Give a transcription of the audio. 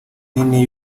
nini